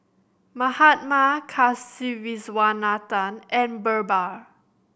Mahatma Kasiviswanathan and Birbal